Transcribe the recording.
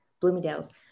Bloomingdale's